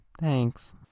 thanks